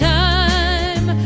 time